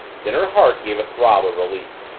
then her heart gave a throb of relief.